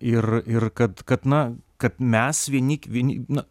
ir ir kad kad na kad mes vieni vieni na